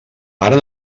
ara